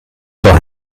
doch